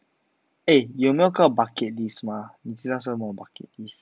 eh 你有没有个 bucket list mah 你知道什么是 bucket list